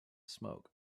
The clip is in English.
smoke